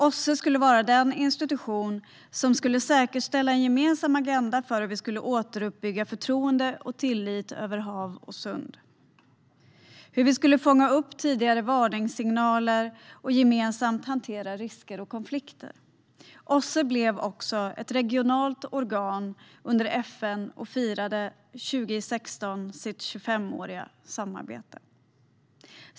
OSSE skulle vara den institution som skulle säkerställa en gemensam agenda för hur vi skulle återuppbygga förtroende och tillit över hav och sund, hur vi skulle fånga upp tidigare varningssignaler och gemensamt hantera risker och konflikter. OSSE blev också ett regionalt organ under FN och firade 2016 sitt 25-åriga samarbete.